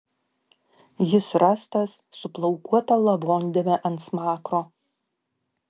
jis rastas su plaukuota lavondėme ant smakro